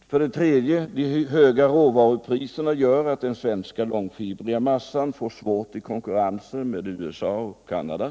och för det tredje att de höga råvarupriserna gör att den svenska långfibriga massan får svårt att hävda sig i konkurrensen med USA och Canada.